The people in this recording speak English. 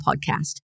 podcast